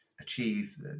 achieve